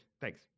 thanks